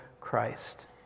Christ